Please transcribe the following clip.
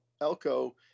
Elko